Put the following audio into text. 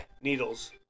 Needles